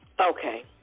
Okay